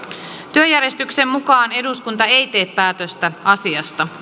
työjärjestyksen mukaan eduskunta ei tee päätöstä asiasta